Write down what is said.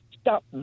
stop